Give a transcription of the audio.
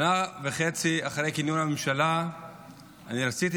שנה וחצי אחרי כינון הממשלה אני רציתי